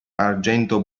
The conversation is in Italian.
argento